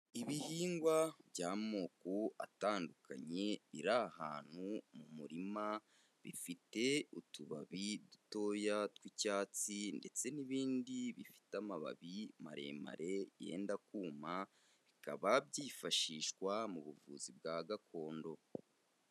Ibihingwa by'amoko atandukanye biri ahantu mu murima, bifite utubabi dutoya tw'icyatsi ndetse n'ibindi bifite amababi maremare yenda kuma, bikaba byifashishwa mu buvuzi bwa gakondo.